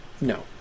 No